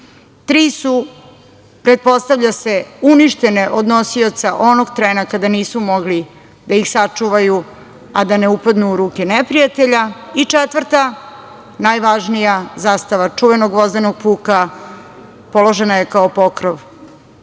su, pretpostavlja se, uništene od nosioca onog trena kada nisu mogli da ih sačuvaju a da ne upadnu u ruke neprijatelja i četvrta, najvažnija, zastava čuvenog Gvozdenog puka, položena je kao pokrov